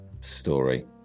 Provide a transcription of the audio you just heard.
Story